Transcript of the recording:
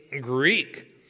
Greek